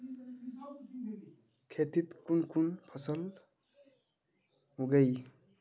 खेतीत कुन कुन फसल उगेई?